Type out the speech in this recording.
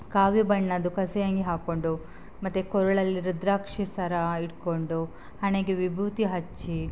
ಕಾವಿ ಬಣ್ಣದ್ದು ಕಸೆ ಅಂಗಿ ಹಾಕಿಕೊಂಡು ಮತ್ತು ಕೊರಳಲ್ಲಿ ರುದ್ರಾಕ್ಷಿ ಸರ ಇಟ್ಕೊಂಡು ಹಣೆಗೆ ವಿಭೂತಿ ಹಚ್ಚಿ